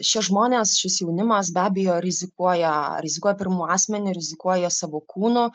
šie žmonės šis jaunimas be abejo rizikuoja ar rizikuoja pirmu asmeniu rizikuoja savo kūnu